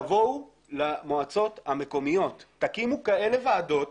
תבואו למועצות המקומיות, תקימו ועדות